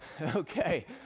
Okay